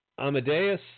Amadeus